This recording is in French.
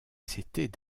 c’était